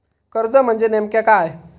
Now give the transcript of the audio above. कर्ज म्हणजे नेमक्या काय?